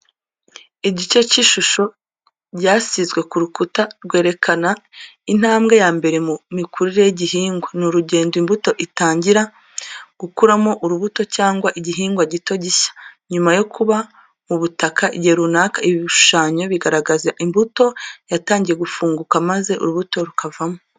Igice cy’ishusho ryasizwe ku rukuta rwerekana intambwe ya mbere mu mikurire y’igihingwa. Ni urugendo imbuto itangira gukuramo urubuto cyangwa igihingwa gito gishya, nyuma yo kuba mu butaka igihe runaka. Ibi ibishushanyo bigaragaza imbuto yatangiye gufunguka, maze urubuto rukavamo.